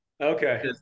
Okay